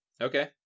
Okay